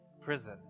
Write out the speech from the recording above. prison